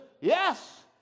Yes